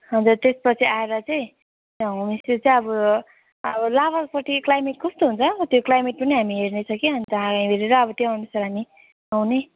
हजुर त्यसपछि आएर चाहिँ होमस्टे चाहिँ अब अब लाभापट्टि क्लाइमेट कस्तो हुन्छ त्यो क्लाइमेट पनि हामी हेर्नेछ कि अन्त हेरेर अब त्योअनुसार हामी आउने